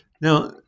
Now